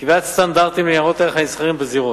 קביעת סטנדרטים לניירות ערך הנסחרים בזירות,